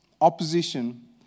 opposition